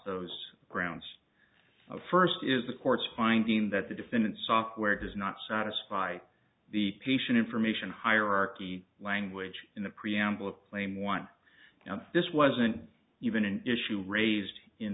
those grounds first is the court's finding that the defendant software does not satisfy the patient information hierarchy language in the preamble of claim one this wasn't even an issue raised in